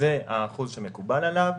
זה האחוז שמקובל עליו.